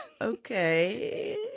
Okay